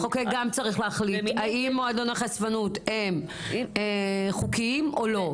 המחוקק גם צריך להחליט האם מועדוני החשפנות הם חוקיים או לא,